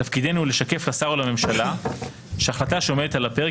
תפקידנו הוא לשקף לשר או לממשלה שההחלטה שעומדת על הפרק